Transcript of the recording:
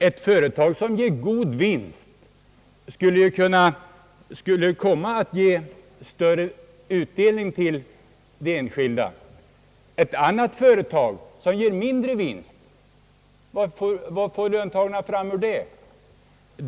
Ett företag som ger god vinst skulle ju lämna stor utdelning till de enskilda, men vad får löntagarna ut från ett företag som ger mindre vinst?